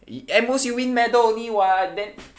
at most you win medal only [what] then